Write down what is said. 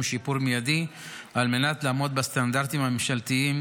שיפור מיידי על מנת לעמוד בסטנדרטים הממשלתיים